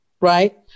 right